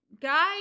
guy